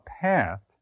path